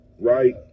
right